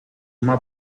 uma